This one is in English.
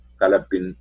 Kalapin